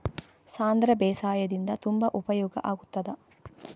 ಸಾಂಧ್ರ ಬೇಸಾಯದಿಂದ ತುಂಬಾ ಉಪಯೋಗ ಆಗುತ್ತದಾ?